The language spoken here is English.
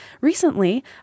recently